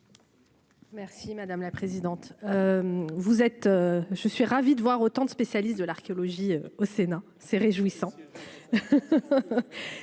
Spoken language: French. Merci madame la présidente, vous êtes, je suis ravi de voir autant de spécialistes de l'archéologie au Sénat c'est réjouissant,